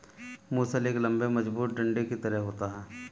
मूसल एक लम्बे मजबूत डंडे की तरह होता है